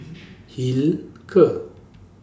Hilker